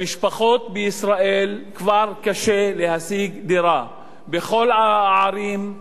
למשפחות בישראל כבר קשה להשיג דירה בכל הערים,